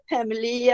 Family